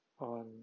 on